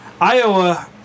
iowa